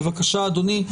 בבקשה, אדוני.